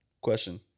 Question